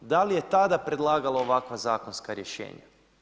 Da li je tada predlagala ovakva zakonska rješenja?